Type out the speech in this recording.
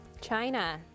China